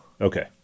Okay